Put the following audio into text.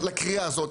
לקריאה הזאת.